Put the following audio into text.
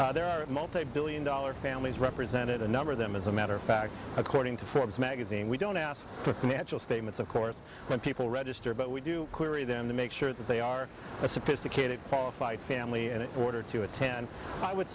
there are multibillion dollar families represented a number of them as a matter of fact according to forbes magazine we don't ask for natural statements of course when people register but we do query them to make sure that they are a sophisticated talk by family and order to attend i would